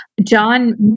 John